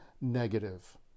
negative